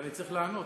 ואני צריך לענות,